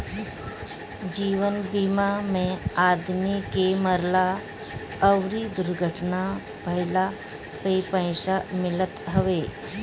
जीवन बीमा में आदमी के मरला अउरी दुर्घटना भईला पे पईसा मिलत हवे